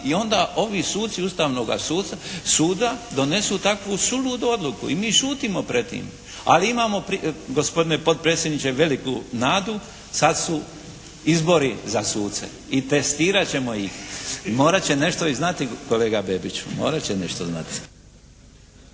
i onda ovi suci Ustavnoga suda donesu takvu suludu odluku i mi šutimo pred tim. Ali imamo gospodine potpredsjedniče veliku nadu, sad su izbori za suce i testirat ćemo ih. Morat će nešto i znati kolega Bebiću! Morat će nešto znati!